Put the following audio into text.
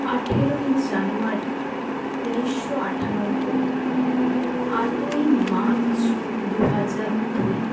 আঠেরোই জানুয়ারি উনিশশো আটানব্বই আটই মার্চ দু হাজার দুই